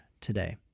today